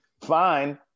fine